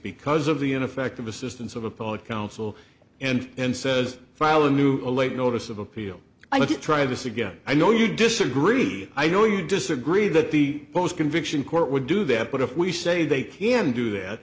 because of the ineffective assistance of a poet counsel and says file a new a late notice of appeal i'd like to try this again i know you disagree i know you disagree that the post conviction court would do that but if we say they can do that